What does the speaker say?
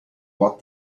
what